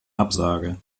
absage